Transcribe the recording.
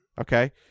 Okay